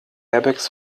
airbags